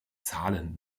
zahlen